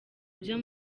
byo